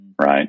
Right